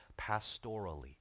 pastorally